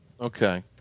Okay